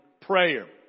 prayer